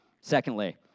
Secondly